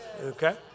Okay